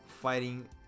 fighting